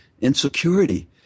insecurity